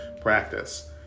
practice